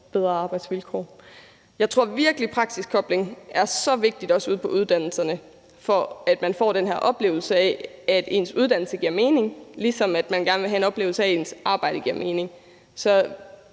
bedre arbejdsvilkår. Jeg tror virkelig, at praksiskobling er så vigtigt, også ude på uddannelserne, for at man får den her oplevelse af, at ens uddannelse giver mening, ligesom man gerne vil have en oplevelse af, at ens arbejde giver mening. Så